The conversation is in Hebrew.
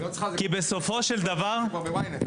היא לא צריכה, זה כבר ב-YNET.